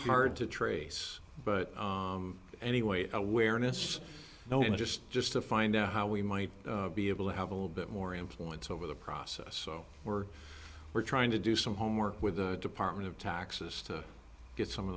hard to trace but anyway awareness don't just just to find out how we might be able to have a little bit more influence over the process so we're we're trying to do some homework with the department of taxes to get some of